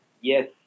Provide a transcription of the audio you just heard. Yes